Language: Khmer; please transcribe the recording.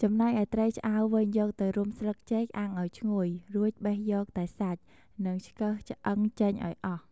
ចំណែកឯត្រីឆ្អើរវិញ យកទៅរុំស្លឹកចេកអាំងឱ្យឈ្ងុយ រួចបេះយកតែសាច់និងឆ្កឹះឆ្អឹងចេញឱ្យអស់។